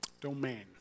domain